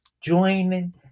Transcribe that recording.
joining